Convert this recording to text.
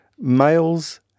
Males